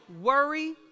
Worry